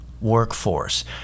workforce